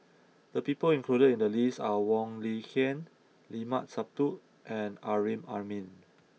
the people included in the list are Wong Lin Ken Limat Sabtu and Amrin Amin